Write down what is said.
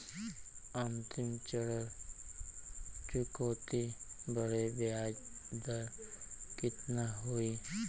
अंतिम ऋण चुकौती बदे ब्याज दर कितना होई?